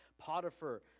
Potiphar